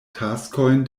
taskojn